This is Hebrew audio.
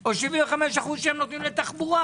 או שהם נותנים לתחבורה?